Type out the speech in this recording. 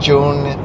June